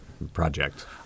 project